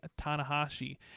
Tanahashi